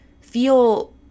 feel